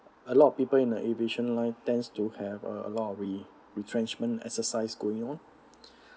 a lot of people in the aviation line tends to have a lot of re~ retrenchment exercise going on